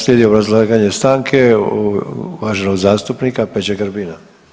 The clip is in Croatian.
Slijedi obrazlaganje stanke uvaženog zastupnika Peđe Grbina.